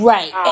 Right